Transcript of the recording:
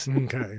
Okay